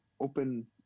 open